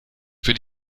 für